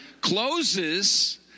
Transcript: closes